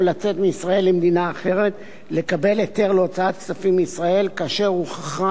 לצאת מישראל למדינה אחרת לקבל היתר להוצאת כספים מישראל כאשר הוכחה